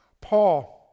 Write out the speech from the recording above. Paul